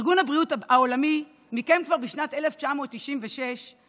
ארגון הבריאות העולמי מיקם כבר בשנת 1996 את